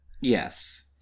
Yes